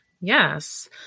Yes